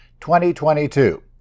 2022